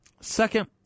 Second